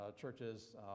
churches